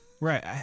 Right